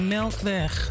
Melkweg